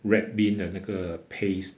red bean 的那个 paste